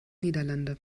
niederlande